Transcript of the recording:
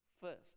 First